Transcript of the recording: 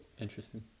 Interesting